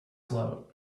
float